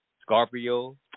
Scorpio